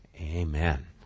Amen